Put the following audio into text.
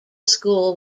school